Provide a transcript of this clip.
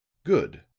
good.